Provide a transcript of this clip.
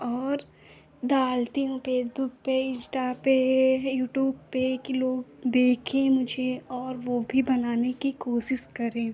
और डालती हूँ फ़ेसबुक पर इंस्टा पर यूटूब पर कि लोग देखें मुझे और वह भी बनाने की कोशिश करें